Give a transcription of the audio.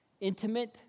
intimate